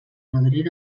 nodrir